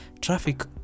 traffic